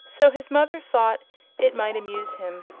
so his mother thought it might amuse him,